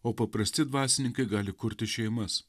o paprasti dvasininkai gali kurti šeimas